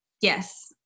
yes